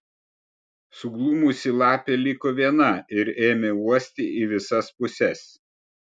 suglumusi lapė liko viena ir ėmė uosti į visas puses